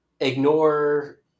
ignore